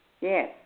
yes